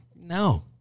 No